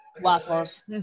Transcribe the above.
Waffles